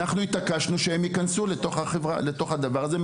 אז הבדואים לא היו בפנים ואנחנו התעקשנו שהם ייכנסו לתוך הדבר הזה,